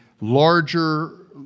larger